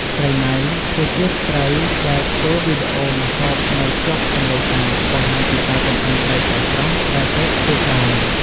ស្រីណៃ គឺជាស្ត្រីដែលធ្វើវីដេអូម្ហូបនៅជាប់ទន្លេសាប បង្ហាញពីការចម្អិនត្រីស្រស់ៗដែលទើបស្ទូចបាន។